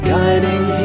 Guiding